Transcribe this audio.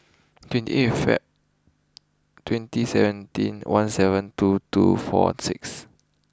twenty eight Feb twenty seventeen one seven two two four six